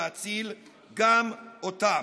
להציל גם אותם.